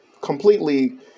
completely